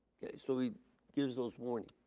so he gives those warnings.